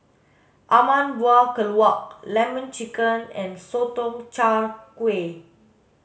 ayam buah keluak lemon chicken and sotong char kway